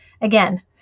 again